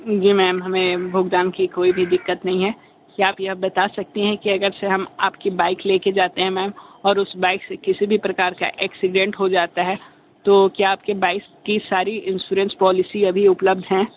जी ma'am हमें भुगतान की कोई भी दिक्कत नहीं है क्या आप यह बता सकती हैं कि अगर चे हम आपकी बाइक ले कर जाते हैं मैम और उस बाइक से किसी भी प्रकार का एक्सिडेंट हो जाता है तो क्या आपके बाइक की सारी इन्सोरेंस पॉलिसी अभी उपलब्ध हैं